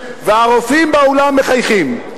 והרופאים באולם מחייכים.